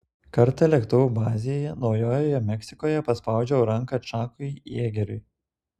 kartą lėktuvų bazėje naujojoje meksikoje paspaudžiau ranką čakui jėgeriui